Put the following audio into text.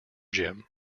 gym